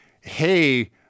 hey